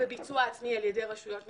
בביצוע עצמי על ידי רשויות מקומיות,